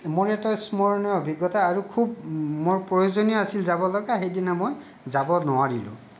মোৰ এটা স্মৰণীয় অভিজ্ঞতা আৰু খুব মোৰ প্ৰয়োজনীয় আছিল যাবলগা সেইদিনা মই যাব নোৱাৰিলোঁ